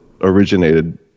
originated